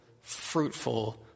fruitful